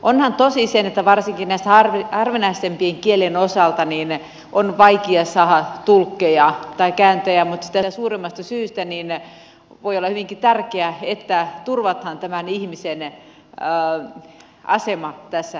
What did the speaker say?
onhan tosi se että varsinkin näitten harvinaisempien kielien osalta on vaikea saada tulkkeja tai kääntäjiä mutta sitä suuremmasta syystä voi olla hyvinkin tärkeää että turvataan tämän ihmisen asema tässä tilanteessa